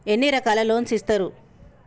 ఎన్ని రకాల లోన్స్ ఇస్తరు?